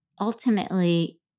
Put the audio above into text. ultimately